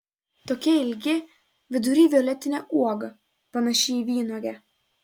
tokie ilgi vidury violetinė uoga panaši į vynuogę